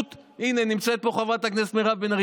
הינה, נמצאת פה חברת הכנסת מירב בן ארי.